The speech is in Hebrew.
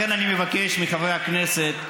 לכן אני מבקש מחברי הכנסת,